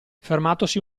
fermatosi